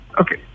Okay